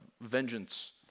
vengeance